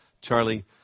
Charlie